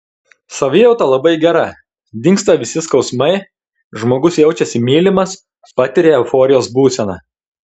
savijauta labai gera dingsta visi skausmai žmogus jaučiasi mylimas patiria euforijos būseną